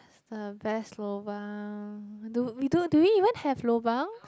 the best lobang do we do even have lobang